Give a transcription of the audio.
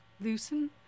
loosen